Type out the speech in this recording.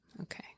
Okay